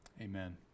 Amen